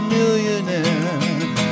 Millionaire